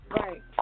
Right